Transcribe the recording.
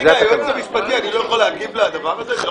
רגע, היועץ המשפטי, אני לא יכול להגיב לדבר הזה?